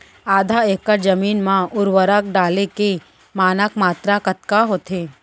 आधा एकड़ जमीन मा उर्वरक डाले के मानक मात्रा कतका होथे?